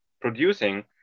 producing